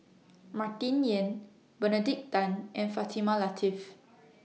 Martin Yan Benedict Tan and Fatimah Lateef